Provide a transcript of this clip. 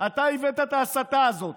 אתה הבאת את ההסתה הזאת.